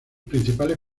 principales